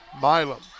Milam